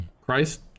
Christ